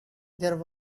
there